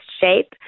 shape